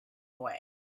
away